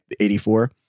84